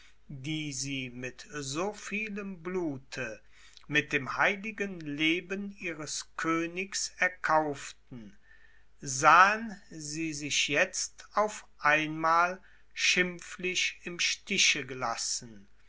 die sie mit so vielem blute mit dem heiligen leben ihres königs erkauften sahen sie sich jetzt auf einmal schimpflich im stiche gelassen